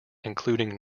including